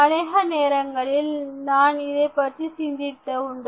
அனேக நேரங்களில் நான் இதைப்பற்றி சிந்தித்தது உண்டு